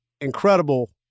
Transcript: incredible